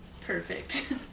perfect